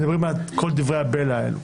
מדברים את כל דברי הבלע האלה.